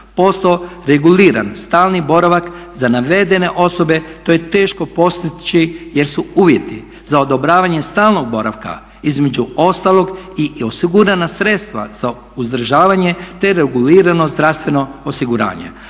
postao reguliran stalni boravak za navedene osobe to je teško postići jer su uvjeti za odobravanje stalnog boravka između ostalog i osigurana sredstva za održavanje, te regulirano zdravstveno osiguranje,